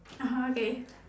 (uh huh) okay